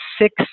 six